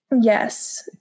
yes